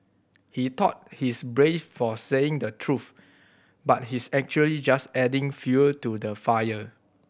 he thought he's brave for saying the truth but he's actually just adding fuel to the fire